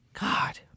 God